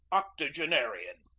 octogenarian.